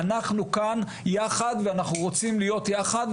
אנחנו כאן יחד ואנחנו רוצים להיות יחד,